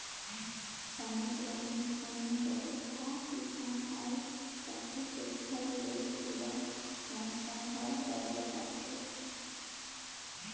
समुन्दर मे कोनो बड़रखा तुफान आये जाथे तेखर ले पूरा मउसम हर बदेल जाथे